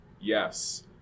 Yes